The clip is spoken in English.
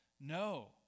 No